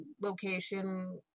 location